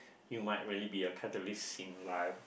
you might really be a catalyst in life